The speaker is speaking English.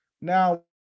Now